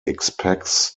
expects